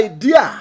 Idea